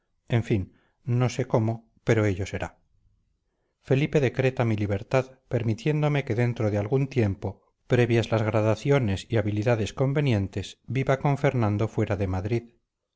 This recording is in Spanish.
en fin no sé cómo pero ello será felipe decreta mi libertad permitiéndome que dentro de algún tiempo previas las gradaciones y habilidades convenientes viva con fernando fuera de madrid